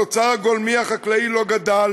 התוצר הגולמי החקלאי לא גדל